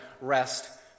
rest